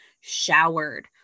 showered